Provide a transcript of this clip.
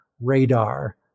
radar